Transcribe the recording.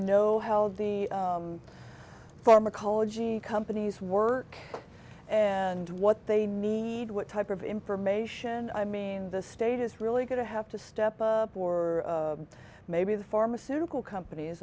know how the pharmacology companies work and what they need what type of information i mean the state is really going to have to step up or maybe the pharmaceutical compan